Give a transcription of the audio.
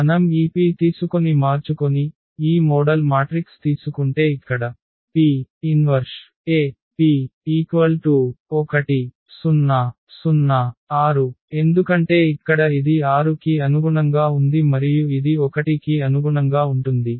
మనం ఈ P తీసుకొని మార్చుకొని ఈ మోడల్ మాట్రిక్స్ తీసుకుంటే ఇక్కడ P 1AP 1 0 0 6 ఎందుకంటే ఇక్కడ ఇది 6 కి అనుగుణంగా ఉంది మరియు ఇది 1 కి అనుగుణంగా ఉంటుంది